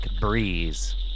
breeze